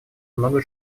много